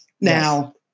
Now